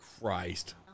Christ